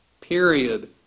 period